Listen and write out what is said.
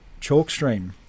Chalkstream